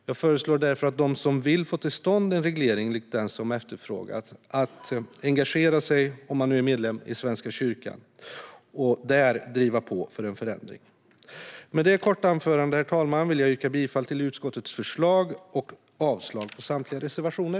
Jag föreslår därför att de som vill få till stånd en reglering lik den som efterfrågas engagerar sig i Svenska kyrkan - om de nu är medlemmar - och där driver på för en förändring. Med detta korta anförande, herr talman, vill jag yrka bifall till utskottets förslag och avslag på samtliga reservationer.